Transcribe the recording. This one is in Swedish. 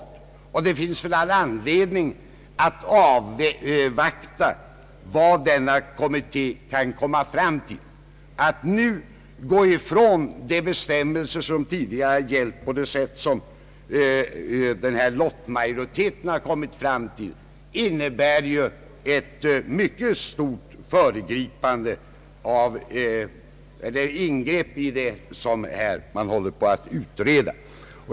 Det finns all anledning att avvakta vad denna kommitté kan komma fram till. Att nu gå ifrån de bestämmelser som tidigare gällt på det sätt som utskottets lottmajoritet har föreslagit innebär ett mycket stort ingrepp i det man håller på att utreda.